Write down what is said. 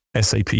SAP